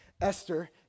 Esther